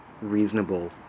reasonable